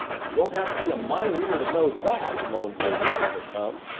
you don't have to be a mind reader to know that! moaned lizzie, overcome.